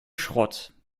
schrott